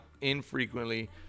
infrequently